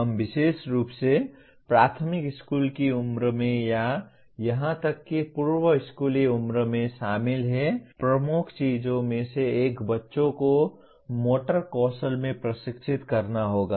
हम विशेष रूप से प्राथमिक स्कूल की उम्र में या यहां तक कि पूर्वस्कूली उम्र में शामिल हैं प्रमुख चीजों में से एक बच्चों को मोटर कौशल में प्रशिक्षित करना होगा